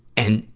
and,